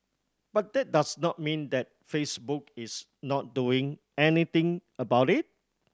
but that does not mean that Facebook is not doing anything about it